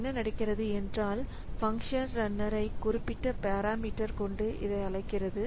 என்னநடக்கிறது என்றால் பங்க்ஷன் ரன்னர்ஐ குறிப்பிட்ட பேராமீட்டர் கொண்டு இதை அழைக்கிறது